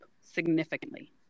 significantly